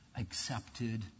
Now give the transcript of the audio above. accepted